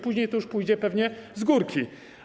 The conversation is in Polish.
Później to już pójdzie pewnie z górki.